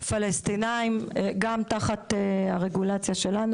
פלשתינאים, גם תחת הרגולציה שלנו.